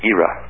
Era